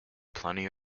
plenty